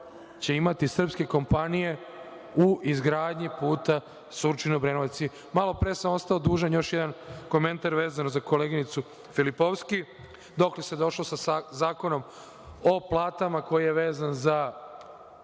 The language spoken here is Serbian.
će imati srpske kompanije u izgradnji puta Surčin-Obrenovac. Malopre sam ostao dužan još jedan komentar vezano za koleginicu Filipovski - dokle se došlo sa zakonom o platama, koji je vezan za